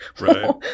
Right